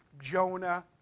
Jonah